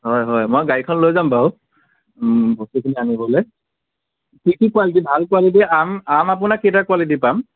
হয় হয় মই গাড়ীখন লৈ যাম বাৰু বস্তুখিনি আনিবলৈ কি কি কোৱালিটি ভাল কোৱালিটি আম আম আপোনাৰ কেইটা কোৱালিটি পাম